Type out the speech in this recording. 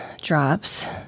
drops